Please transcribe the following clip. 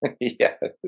Yes